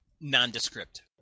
nondescript